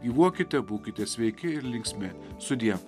gyvuokite būkite sveiki ir linksmi sudie